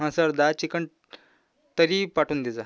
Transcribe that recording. हां सर दहा चिकन तर्री पाठवून दे जा